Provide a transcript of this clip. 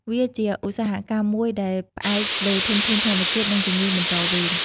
វាជាឧស្សាហកម្មមួយដែលផ្អែកលើធនធានធម្មជាតិ និងជំនាញបន្តវេន។